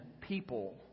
people